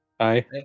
Hi